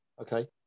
Okay